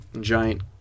giant